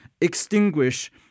extinguish